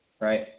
right